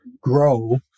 grow